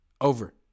Over